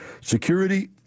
Security